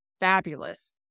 fabulous